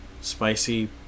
spicy